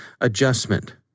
adjustment